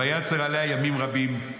וצר עליה ימים רבים.